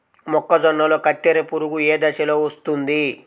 మొక్కజొన్నలో కత్తెర పురుగు ఏ దశలో వస్తుంది?